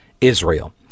Israel